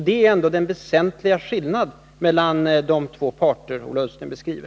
Det är en väsentlig skillnad mellan de båda parterna.